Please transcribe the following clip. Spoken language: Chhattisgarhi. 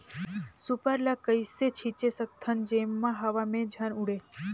सुपर ल कइसे छीचे सकथन जेमा हवा मे झन उड़े?